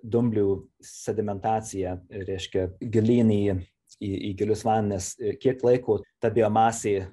dumblių sedimentaciją reiškia gilyn į į į gilius vanis kiek laiko ta biomasė